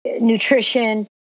nutrition